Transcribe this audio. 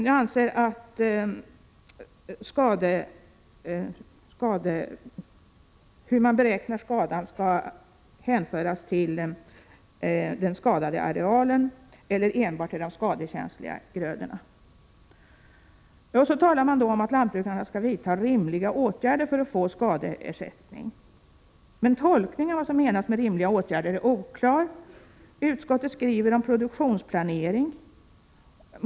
Jag anser att hur man beräknar skadan skall hänföras till den skadade arealen eller enbart till de skadekänsliga grödorna. Så talar man om att lantbrukarna skall vidta rimliga åtgärder för att få skadeersättning. Men tolkningen av vad som menas med rimliga åtgärder är oklar. Utskottet skriver om produktionsplanering.